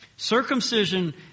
Circumcision